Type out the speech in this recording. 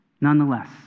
Nonetheless